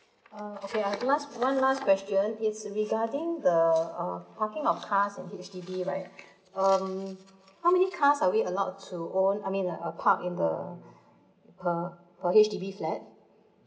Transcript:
uh okay I've last one last question is regarding the uh parking of car in H_D_B right um how many cars are we allowed to own I mean uh park in the uh a H_D_B flat